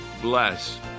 bless